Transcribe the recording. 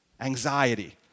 anxiety